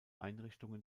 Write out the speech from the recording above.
einrichtungen